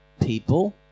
people